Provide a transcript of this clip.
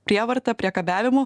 prievarta priekabiavimu